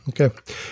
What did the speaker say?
okay